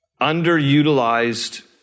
underutilized